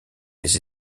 des